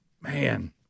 Man